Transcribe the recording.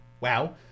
Wow